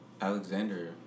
Alexander